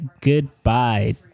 goodbye